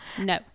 No